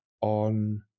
on